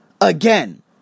again